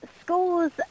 schools